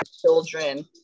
children